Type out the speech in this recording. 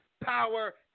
power